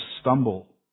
stumble